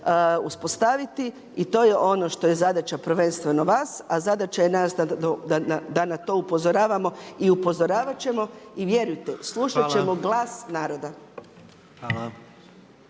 uspostaviti i to je ono što je zadaća prvenstveno vas, a zadaća je nas da na to upozoravam i upozoravat ćemo, i vjerujte, slušat ćemo glas naroda.